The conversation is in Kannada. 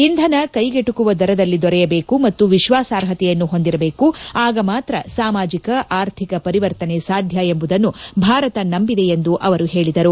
ಇಂಧನ ಕೈಗೆಟುಕುವ ದರದಲ್ಲಿ ದೊರೆಯಬೇಕು ಮತ್ತು ವಿಶ್ವಾಸಾರ್ಹತೆಯನ್ನು ಹೊಂದಿರಬೇಕು ಆಗ ಮಾತ್ರ ಸಾಮಾಜಿಕ ಆರ್ಥಿಕ ಪರಿವರ್ತನೆ ಸಾಧ್ಯ ಎಂಬುದನ್ನು ಭಾರತ ನಂಬಿದೆ ಎಂದು ಅವರು ಹೇಳದರು